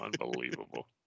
Unbelievable